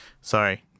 sorry